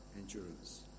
endurance